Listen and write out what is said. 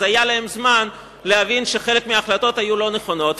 היה להם זמן להבין שחלק מההחלטות היו לא נכונות.